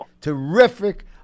terrific